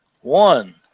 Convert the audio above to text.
One